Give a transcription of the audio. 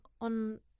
on